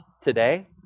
today